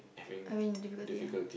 I mean difficulty yeah